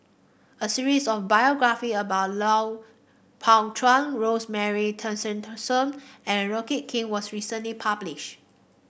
a series of biography about Pao Chuen Rosemary and rocket Kee was recently published